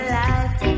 life